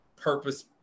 purpose